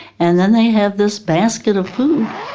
and then they have this basket of food,